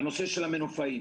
באשר למנופאים